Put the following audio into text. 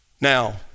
Now